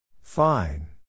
Fine